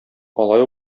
алай